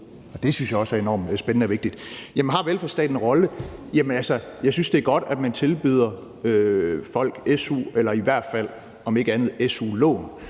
Det synes jeg også er enormt spændende og vigtigt. Men har velfærdsstaten en rolle? Jamen altså, jeg synes, det er godt, at man tilbyder folk su